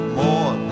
more